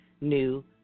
new